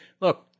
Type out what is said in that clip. look